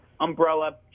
umbrella